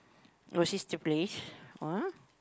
oh sister place